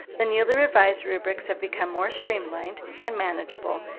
the newly revised rubrics have become more streamlined and manageable,